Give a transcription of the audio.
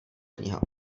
kniha